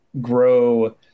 grow